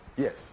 Yes